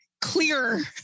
clear